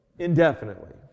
indefinitely